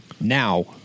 now